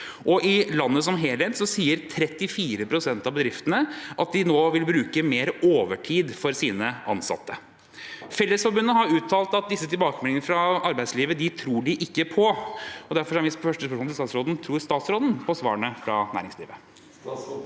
i landet som helhet sier 34 pst. av bedriftene at de nå vil bruke mer overtid for sine ansatte. Fellesforbundet har uttalt at disse tilbakemeldingene fra arbeidslivet tror de ikke på. Derfor er mitt første spørsmål til statsråden: Tror statsråden på svarene fra næringslivet?